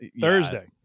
Thursday